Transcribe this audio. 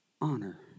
Honor